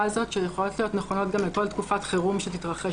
הזאת שיכולות להיות נכונות גם לכל תקופת חירום שתתרחש